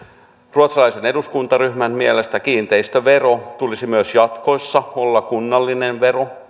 ruotsalaisen eduskuntaryhmän mielestä kiinteistöveron tulisi myös jatkossa olla kunnallinen vero